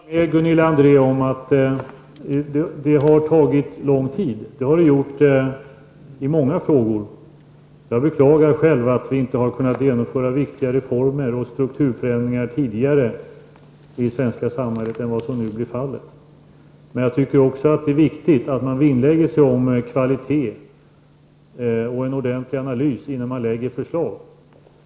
Herr talman! Jag kan hålla med Gunilla André om att det har tagit lång tid. Det har det ju gjort med många frågor. Jag beklagar själv att vi inte har kunnat genomföra viktiga reformer och strukturförändringar tidigare i det svenska samhället än vad som nu blir fallet. Men jag tycker också att det är viktigt att man vinnlägger sig om hög kvalitet och en ordentlig analys innan man lägger fram förslag.